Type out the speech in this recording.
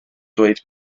dweud